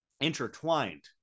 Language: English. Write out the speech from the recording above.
intertwined